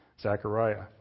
Zechariah